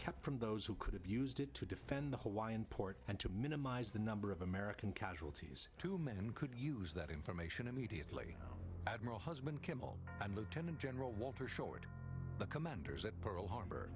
kept from those who could have used it to defend the hawaiian port and to minimize the number of american casualties two men could use that information immediately admiral husband and lieutenant general walter short the commanders at pearl harbor